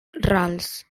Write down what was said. rals